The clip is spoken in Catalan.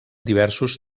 diversos